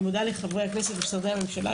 אני מודה לחברי הכנסת ומשרדי הממשלה,